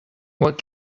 what